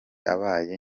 abaye